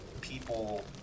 people